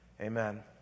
amen